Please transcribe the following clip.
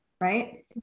right